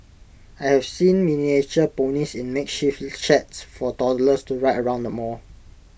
I've seen miniature ponies in makeshift sheds for toddlers to ride around mall